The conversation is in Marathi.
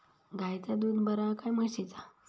गायचा दूध बरा काय म्हशीचा?